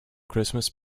christmas